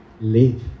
live